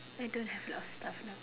I don't have a lot of stuff now